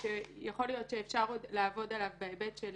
יכול להיות שעוד צריך לעבוד עליו בהיבט של